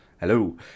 Hello